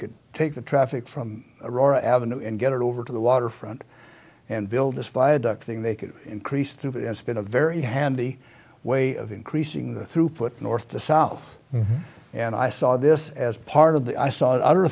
could take the traffic from aurora avenue and get it over to the waterfront and build this viaduct thing they could increase throughput has been a very handy way of increasing the throughput north to south and i saw this as part of the i saw other